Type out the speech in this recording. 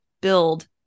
build